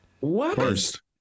first